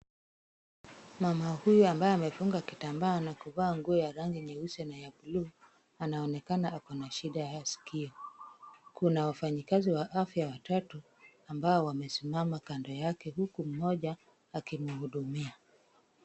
Mama huyu ambaye amefunga kitambaa na kuvaa nguo ya rangi nyeusi na buluu anaonekana ako na shida ya sikio. Kuna wafanyikazi wa afya watatu ambao wamesimama kando yake huku mmoja akimhudumia.